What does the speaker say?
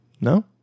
No